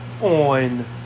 on